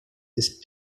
ist